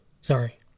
sorry